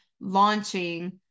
launching